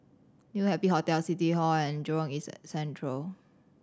New Happy Hotel City Hall and Jurong East Central